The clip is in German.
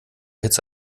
hitze